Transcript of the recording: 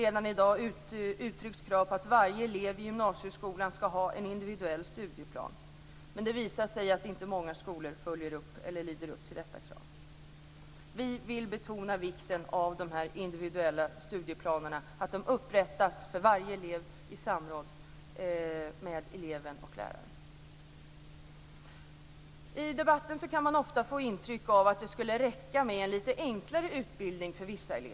Redan i dag har det uttryckts krav på att varje elev i gymnasieskolan ska ha en individuell studieplan. Det har dock visat sig att inte många skolor följer eller lever upp till detta krav. Vi betonar vikten av att individuella studieplaner upprättas för varje elev i samråd med eleven och lärare. I debatten kan man ofta få intryck av att det skulle räcka med en lite enklare utbildning för vissa.